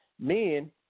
men